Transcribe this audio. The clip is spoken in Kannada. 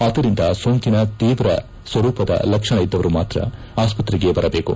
ಆದ್ದರಿಂದ ಸೋಂಕಿನ ತೀವ್ರ ಸ್ವರೂಪದ ಲಕ್ಷಣ ಇದ್ದವರು ಮಾತ್ರ ಆಸ್ಪತ್ರೆಗೆ ಬರದೇಕು